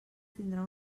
tindrà